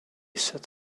sat